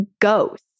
ghost